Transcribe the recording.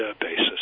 basis